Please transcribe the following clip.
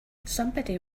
somebody